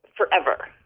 forever